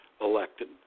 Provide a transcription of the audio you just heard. elected